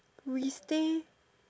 we stay